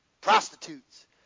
prostitutes